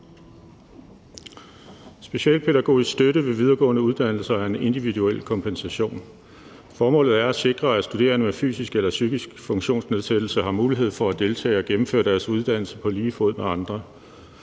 Specialpædagogisk støtte ved videregående uddannelser er en individuel kompensation. Formålet er at sikre, at studerende med fysisk eller psykisk funktionsnedsættelse har mulighed for at deltage i og gennemføre deres uddannelse på lige fod med andre.